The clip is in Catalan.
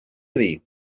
dir